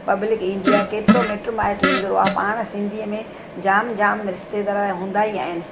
public ईंदी आहे केतिरो मिटु माइटु ईंदो आहे पाण सिंधी में जाम जाम रिश्तेदार हूंदा ई आहिनि